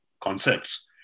concepts